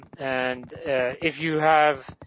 and if you have